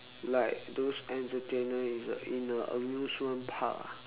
like those entertainer in a in a amusement park ah